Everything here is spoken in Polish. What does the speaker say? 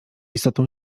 istotą